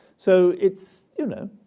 so it's, you know,